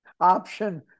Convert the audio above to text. Option